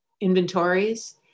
inventories